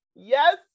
yes